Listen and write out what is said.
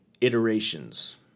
iterations